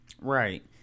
right